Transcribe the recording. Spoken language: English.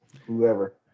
whoever